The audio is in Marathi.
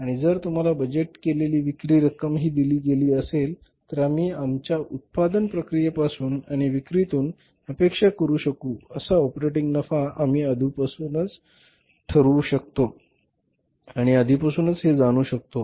आणि जर तुम्हाला बजेट केलेली विक्री रक्कमही दिली गेली असेल तर आम्ही आमच्या उत्पादन प्रक्रियेपासून आणि विक्रीतून अपेक्षा करू शकू असा ऑपरेटिंग नफा आम्ही आधीपासून ठरवू शकतो आणि आधीपासूनच हे जाणू शकतो